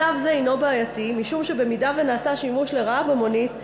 מצב זה הוא בעייתי משום שאם נעשה שימוש לרעה במונית,